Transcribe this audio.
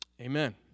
Amen